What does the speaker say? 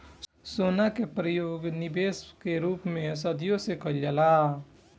सोना के परयोग निबेश के रूप में सदियों से कईल जाला